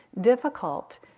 difficult